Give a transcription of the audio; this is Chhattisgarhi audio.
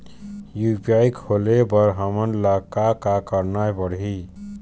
यू.पी.आई खोले बर हमन ला का का करना पड़ही?